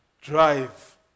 drive